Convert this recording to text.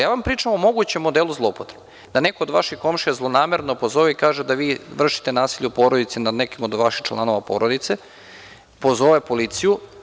Ja vam pričam o mogućem modelu zloupotrebe, da neko od vaših komšija zlonamerno pozove i kaže da vi vršite nasilje u porodici nad nekim od vaših članova porodice i pozove policiju.